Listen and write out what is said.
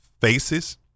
faces